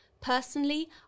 Personally